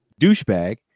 douchebag